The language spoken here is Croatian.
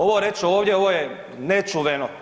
Ovo reći ovdje, ovo je nečuveno.